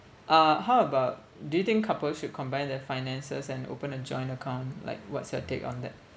uh how about do you think couples should combine their finances and open a joint account like what's your take on that